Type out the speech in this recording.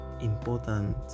important